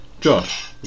Josh